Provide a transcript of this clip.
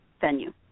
venue